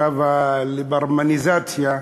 עכשיו ה"ליברמניזציה",